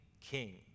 king